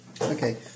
Okay